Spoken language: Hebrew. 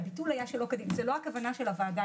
זאת לא הכוונה של הוועדה.